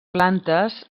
plantes